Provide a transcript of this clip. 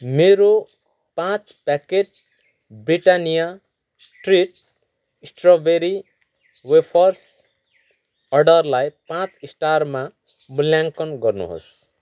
मेरो पाचँ packet Britannia treat strawberry wafers अर्डरलाई पाचँ स्टारमा मूल्याङ्कन गर्नुहोस्